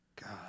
God